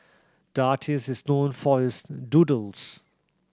the artist is known for his doodles